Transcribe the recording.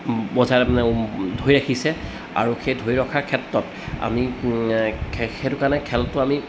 বজাই মানে ধৰি ৰাখিছে আৰু সেই ধৰি ৰখাৰ ক্ষেত্ৰত আমি সেইটো কাৰণে খেলটো আমি